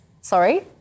Sorry